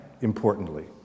importantly